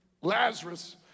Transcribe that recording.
Lazarus